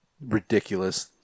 ridiculous